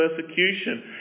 persecution